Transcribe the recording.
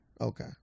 Okay